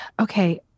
Okay